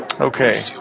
Okay